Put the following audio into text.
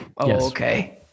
okay